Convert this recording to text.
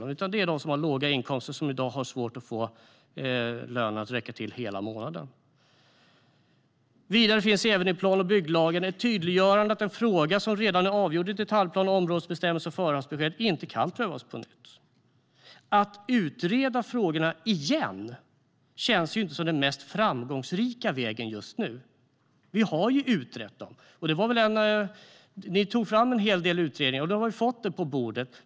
Nej, de som drabbas är de som har låga inkomster och som i dag har svårt att få lönen att räcka till hela månaden. Vidare finns i plan och bygglagen ett tydliggörande av att en fråga som redan är avgjord i detaljplan, områdesbestämmelser och förhandsbesked inte kan prövas på nytt. Att utreda frågorna igen känns inte som den mest framgångsrika vägen just nu. Vi har utrett dem. Ni tog fram en hel del utredningar, och vi har fått dem på bordet.